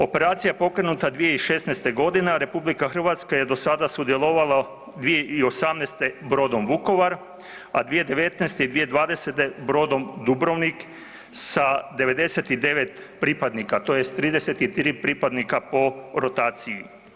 Operacija pokrenuta 2016. g., a RH je do sada sudjelovala 2018. brodom Vukovar, a 2019. i 2020. brodom Dubrovnik sa 99 pripadnika, tj. 33 pripadnika po rotaciji.